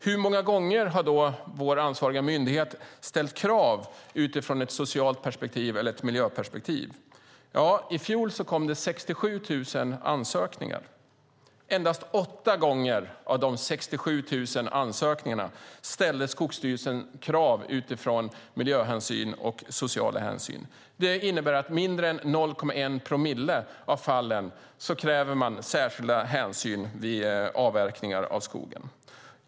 Hur många gånger har då vår ansvariga myndighet ställt krav utifrån ett socialt perspektiv eller ett miljöperspektiv? I fjol kom det in 67 000 ansökningar. Endast i 8 av de 67 000 ansökningarna ställde Skogsstyrelsen krav utifrån miljöhänsyn och sociala hänsyn. Det innebär att i mindre än 0,1 promille av fallen kräver man särskilda hänsyn vid avverkningar av skogen.